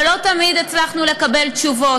ולא תמיד הצלחנו לקבל תשובות,